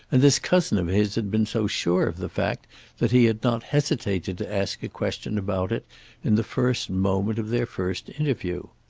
and this cousin of his had been so sure of the fact that he had not hesitated to ask a question about it in the first moment of their first interview.